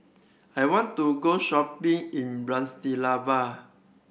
I want to go shopping in Bratislava